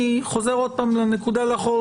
אני חוזר עוד פעם לנקודה לאחור,